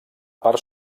part